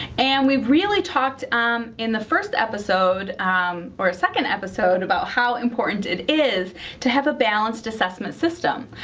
and we really talked um in the first episode or second episode about how important it is to have a balanced assessment system.